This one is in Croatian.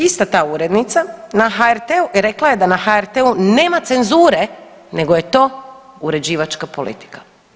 Ista ta urednica na HRT-u rekla je da na HRT-u nema cenzure nego je to uređivačka politika.